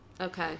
okay